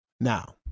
Now